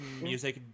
music